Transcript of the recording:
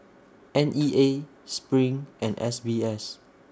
N E A SPRING and S B S